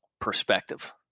perspective